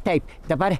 taip dabar